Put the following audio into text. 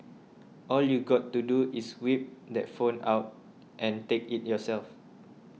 all you got to do is whip that phone out and take it yourself